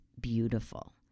beautiful